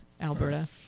alberta